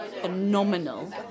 phenomenal